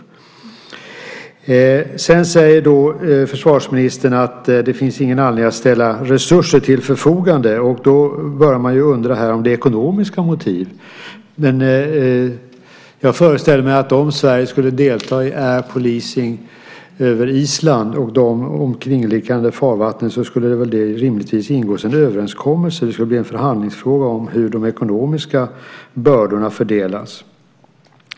För det andra säger försvarsministern att det inte finns någon anledning att ställa resurser till förfogande. Då börjar man ju undra om det finns ekonomiska motiv. Jag föreställer mig att om Sverige skulle delta i Air Policing över Island och de omkringliggande farvattnen skulle det väl rimligtvis ingås en överenskommelse. Det skulle bli en förhandlingsfråga om hur de ekonomiska bördorna fördelas.